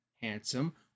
handsome